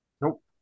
Nope